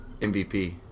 MVP